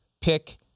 pick